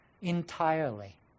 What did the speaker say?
entirely